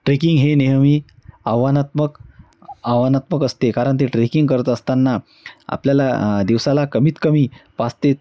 trekking हे नेहमी आव्हानात्मक आव्हानात्मक असते कारण ते ट्रेकिंग करत असताना आपल्याला दिवसाला कमीतकमी पाच ते